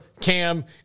Cam